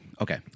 Okay